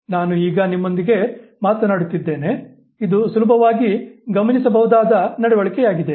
ನಾನು ಈಗ ನಿಮ್ಮೊಂದಿಗೆ ಮಾತನಾಡುತ್ತಿದ್ದೇನೆ ಇದು ಸುಲಭವಾಗಿ ಗಮನಿಸಬಹುದಾದ ನಡವಳಿಕೆಯಾಗಿದೆ